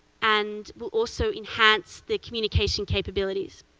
and will also enhance the communication capabilities.